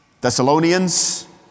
Thessalonians